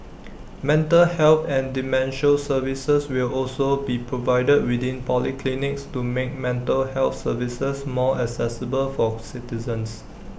mental health and dementia services will also be provided within polyclinics to make mental health services more accessible for citizens